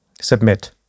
Submit